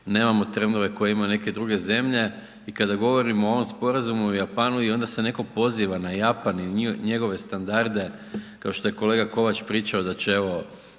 nemamo trendove koje imaju neke druge zemlje i kada govorimo o ovom Sporazumu u Japanu i onda se netko poziva na Japan i njegove standarde, kao što je kolega Kovač pričao da će, evo,